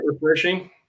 refreshing